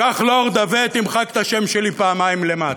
קח לורד עבה, תמחק את השם שלי פעמיים למטה.